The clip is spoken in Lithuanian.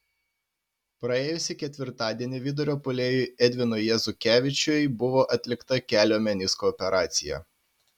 praėjusį ketvirtadienį vidurio puolėjui edvinui jezukevičiui buvo atlikta kelio menisko operacija